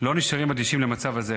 לא נשארים אדישים למצב הזה.